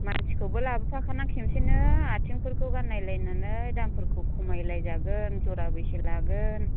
मानसिखौबो लाबोफाखानानै खेबसेनो आथिंफोरखौ गाननायलायनानै दामफोरखौ खमायलाय जागोन जरा बेसे लागोन